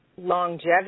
Longevity